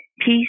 Peace